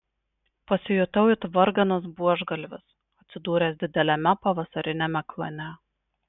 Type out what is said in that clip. pasijutau it varganas buožgalvis atsidūręs dideliame pavasariniame klane